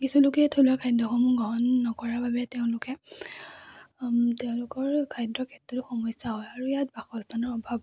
কিছু লোকে থলুৱা খাদ্যসমূহ গ্ৰহণ নকৰাৰ বাবে তেওঁলোকে তেওঁলোকৰ খাদ্যৰ ক্ষেত্ৰতো সমস্যা হয় আৰু ইয়াত বাসস্থানৰ অভাৱ